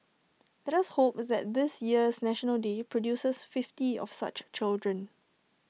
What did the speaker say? let us hope that this year's National Day produces fifty of such children